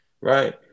right